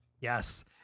Yes